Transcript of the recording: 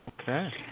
Okay